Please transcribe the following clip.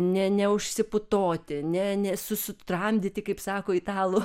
ne neužsiputoti ne ne sutramdyti kaip sako italų